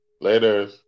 Later